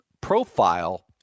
profile